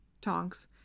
Tonks